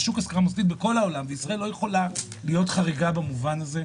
שוק השכרה מוסדי בכל העולם וישראל לא יכולה להיות חריגה במובן הזה,